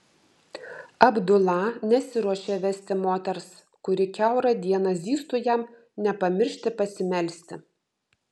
abdula nesiruošė vesti moters kuri kiaurą dieną zyztų jam nepamiršti pasimelsti